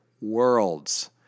worlds